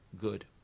good